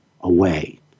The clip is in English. away